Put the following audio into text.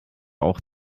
auch